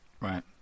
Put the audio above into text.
Right